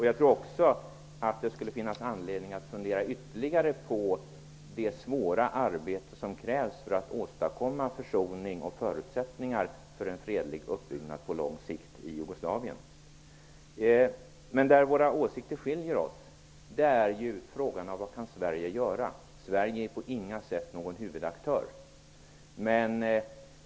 Jag tror också att det finns anledning att fundera ytterligare på det svåra arbete som krävs för att åstadkomma en försoning och förutsättningar för en fredlig uppbyggnad på lång sikt i Jugoslavien. Våra åsikter skiljer sig åt när det gäller frågan om vad Sverige kan göra. Sverige är på inga sätt någon huvudaktör.